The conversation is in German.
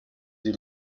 sie